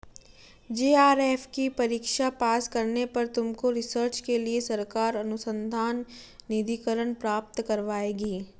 JRF की परीक्षा pass करने पर तुमको रिसर्च के लिए सरकार अनुसंधान निधिकरण प्राप्त करवाएगी